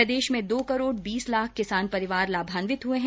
प्रदेश में दो करोड़ बीस लाख किसान परिवार लाभान्वित हुए हैं